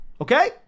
Okay